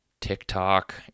TikTok